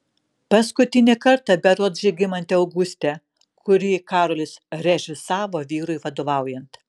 paskutinį kartą berods žygimante auguste kurį karolis režisavo vyrui vadovaujant